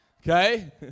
Okay